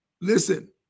Listen